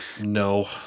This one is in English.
no